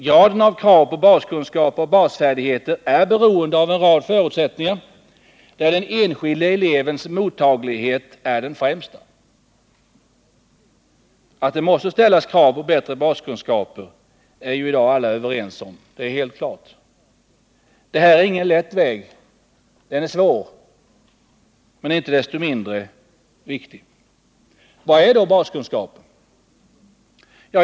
Graden av krav på baskunskaper och basfärdigheter är beroende av en rad förutsättningar, där den enskilde elevens mottaglighet är den främsta. Att det måste ställas krav på bättre baskunskaper är helt klart. Det är i dag alla överens om. Det här är ingen lätt väg. Den är svår, men inte desto mindre viktig. Vad är då baskunskaper?